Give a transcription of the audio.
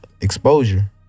exposure